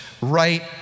right